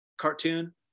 cartoon